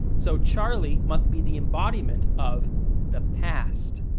so, charlie must be the embodiment of the past,